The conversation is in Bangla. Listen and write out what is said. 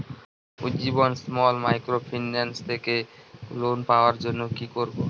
উজ্জীবন স্মল মাইক্রোফিন্যান্স থেকে লোন পাওয়ার জন্য কি করব?